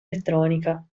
elettronica